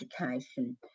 education